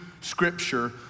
scripture